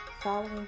following